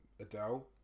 Adele